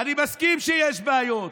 אני מסכים שיש בעיות,